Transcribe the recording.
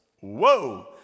whoa